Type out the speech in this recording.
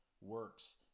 works